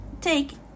take